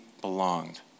belonged